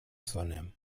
sonne